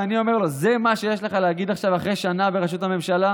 ואני אומר לו: זה מה שיש לך להגיד עכשיו אחרי שנה בראשות הממשלה?